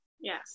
Yes